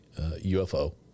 UFO